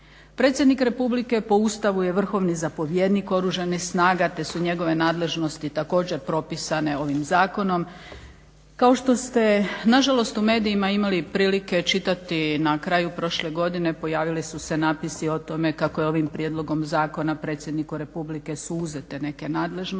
Predsjednik Republike po Ustavu je vrhovni zapovjednik Oružanih snaga, te su njegove nadležnosti također propisane ovim zakonom. Kao što ste na žalost u medijima imali prilike čitati na kraju prošle godine pojavili su se napisi o tome kako je ovim prijedlogom zakona Predsjedniku Republike su uzete neke nadležnosti